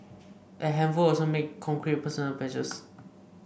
a handful also made concrete personal pledges